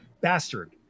bastard